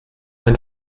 ein